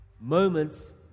moments